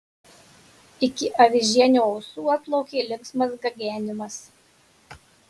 iki avižienio ausų atplaukė linksmas gagenimas